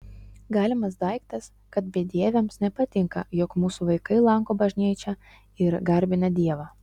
galimas daiktas kad bedieviams nepatinka jog mūsų vaikai lanko bažnyčią ir garbina dievą